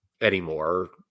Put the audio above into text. anymore